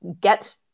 get